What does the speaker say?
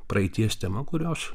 praeities tema kurios